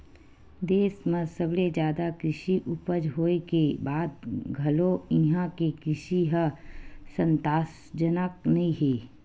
देस म सबले जादा कृषि उपज होए के बाद घलो इहां के कृषि ह संतासजनक नइ हे